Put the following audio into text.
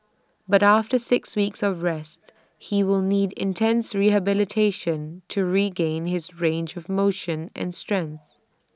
but after six weeks of rest he will need intense rehabilitation to regain his range of motion and strength